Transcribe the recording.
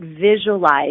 Visualize